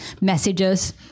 messages